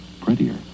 prettier